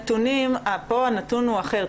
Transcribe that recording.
כאן הנתון הוא אחר.